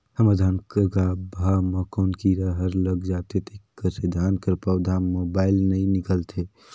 हमर धान कर गाभा म कौन कीरा हर लग जाथे जेकर से धान कर पौधा म बाएल नइ निकलथे?